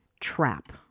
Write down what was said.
trap